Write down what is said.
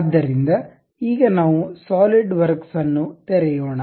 ಆದ್ದರಿಂದ ಈಗ ನಾವು ಸಾಲಿಡ್ವರ್ಕ್ಸ್ ಅನ್ನು ತೆರೆಯೋಣ